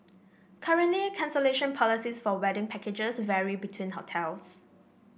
currently cancellation policies for wedding packages vary between hotels